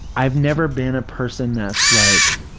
i've never been a person that's like